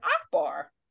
Akbar